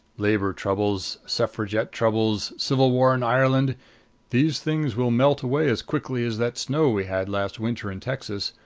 labor troubles suffragette troubles civil war in ireland these things will melt away as quickly as that snow we had lastwinter in texas.